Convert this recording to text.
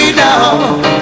now